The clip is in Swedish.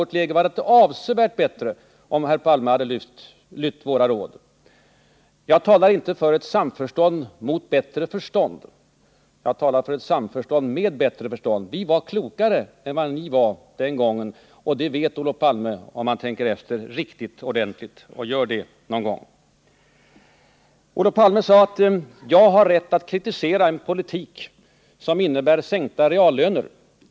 Vårt läge hade varit avsevärt bättre om herr Palme då hade lytt våra råd. Jag talar inte för ett samförstånd mot bättre förstånd, utan jag talar för ett samförstånd med bättre förstånd. Vi var klokare än vad ni var den gången. Och det vet Olof Palme om han tänker efter riktigt ordentligt — gör det någon gång! Olof Palme sade: Jag har rätt att kritisera en politik som innebär sänkta reallöner.